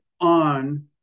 on